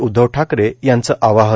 उदधव ठाकरे यांचे आवाहन